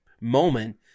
moment